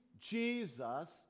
Jesus